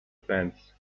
fence